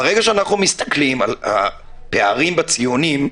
ברגע שאנחנו מסתכלים על הפערים בציונים,